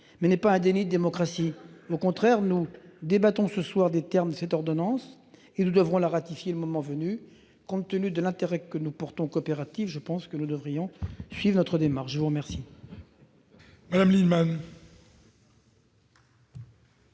parfois -n'est pas un déni de démocratie. Au contraire, nous débattons ce soir des termes de ces ordonnances, et nous devrons les ratifier le moment venu. Compte tenu de l'intérêt que nous portons aux coopératives, je pense que nous devrions suivre la démarche du Gouvernement.